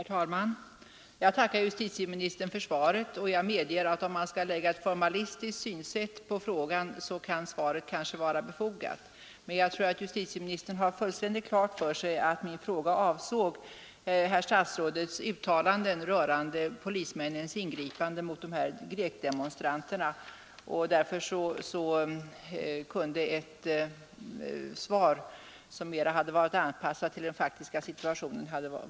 Herr talman! Jag tackar justitieministern för svaret, och jag medger att om man skall anlägga ett formalistiskt synsätt på frågan kan svaret kanske vara befogat. Emellertid tror jag att justitieministern har fullständigt klart för sig att min fråga avsåg justitieministerns uttalanden rörande vissa polismäns ingripande mot grekdemonstranter, och därför kunde det ha varit önskvärt med ett svar som mera anpassats till den faktiska situationen.